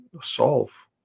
solve